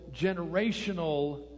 generational